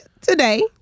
Today